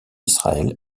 israël